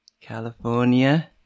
California